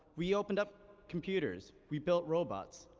we opened up computers, we built robots,